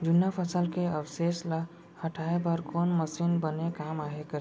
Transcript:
जुन्ना फसल के अवशेष ला हटाए बर कोन मशीन बने काम करही?